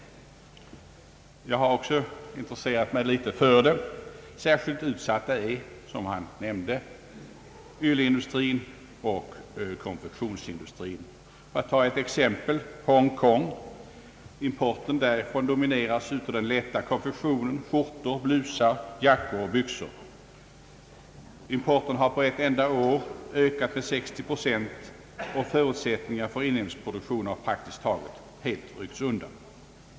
Jag har också intresserat mig litet för den, bl.a. i en motion vid fjolårets riksdag. Särskilt utsatta är, som herr Ericsson nämnde, yleindustrin och konfektionsindustrin. Jag vill ta ett exempel: importen från Hongkong, som domineras av den lätta konfektionen — skjortor, blusar, jackor och byxor — har på ett enda år ökat med 60 procent, och förutsättningar för inhemsk produktion har praktiskt taget helt ryckts undan.